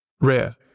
rare